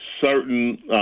certain